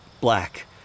black